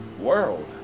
world